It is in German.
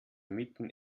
mitten